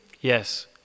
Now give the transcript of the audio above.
Yes